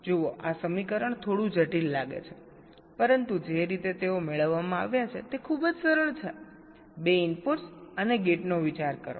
જુઓ આ સમીકરણ થોડું જટિલ લાગે છે પરંતુ જે રીતે તેઓ મેળવવામાં આવ્યા છે તે ખૂબ જ સરળ છે 2 ઇનપુટ અને ગેટનો વિચાર કરો